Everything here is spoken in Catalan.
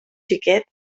xiquet